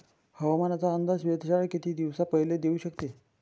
हवामानाचा अंदाज वेधशाळा किती दिवसा पयले देऊ शकते?